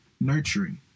Nurturing